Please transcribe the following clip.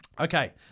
Okay